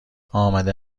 آمده